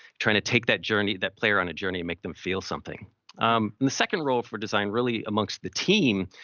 trying to take that journey, that player on a journey and make them feel something. and the second role for design, really amongst the team,